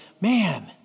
man